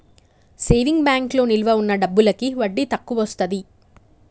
saving బ్యాంకులో నిలవ ఉన్న డబ్బులకి వడ్డీ తక్కువొస్తది